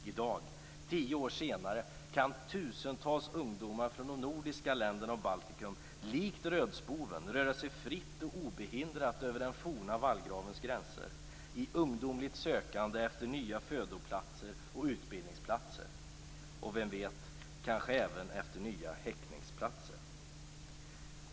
I dag, tio år senare, kan tusentals ungdomar från de nordiska länderna och Baltikum likt rödspoven röra sig fritt och obehindrat över den forna vallgravens gränser, i ungdomligt sökande efter nya födoplatser och utbildningsplatser. Och vem vet - kanske även efter nya häckningsplatser?